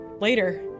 later